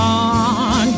on